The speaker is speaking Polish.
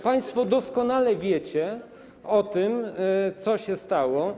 państwo doskonale wiecie o tym, co się stało.